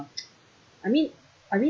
I mean I mean